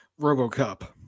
RoboCop